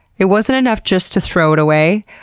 it wasn't enough just to throw it away,